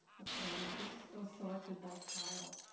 okay, and this was selected by kyle